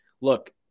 look